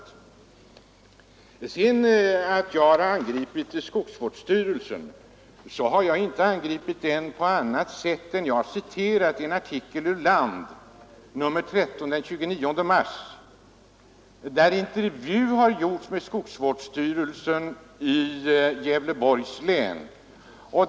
I vad sedan gäller talet om att jag angripit skogsvårdsstyrelserna vill jag säga, att jag inte har gjort det på annat sätt än att jag citerat en artikel av den 29 mars i år i nr 13 av Land, där en intervju utförd inom skogsvårdsstyrelsen i Gävleborgs län redovisats.